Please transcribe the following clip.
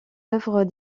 œuvres